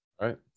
Right